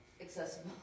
accessible